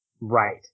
right